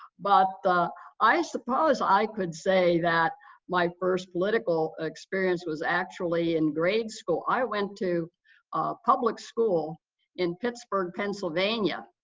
but i i suppose i could say that my first political experience was actually in grade school. i went to public school in pittsburgh, pennsylvania,